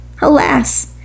alas